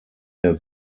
der